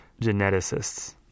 geneticists